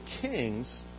Kings